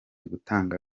gutanga